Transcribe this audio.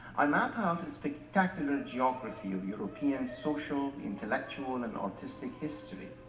i map out a spectacular geography of european social, intellectual and artistic history.